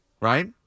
Right